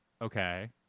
Okay